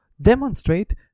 demonstrate